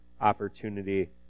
opportunity